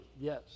Yes